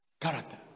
Character